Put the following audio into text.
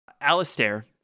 Alistair